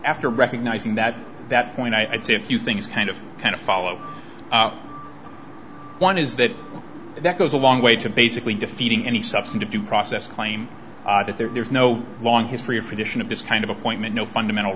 after recognizing that that point i'd say a few things kind of kind of follow one is that that goes a long way to basically defeating any substantive due process claim that there's no long history of prediction of this kind of appointment no fundamental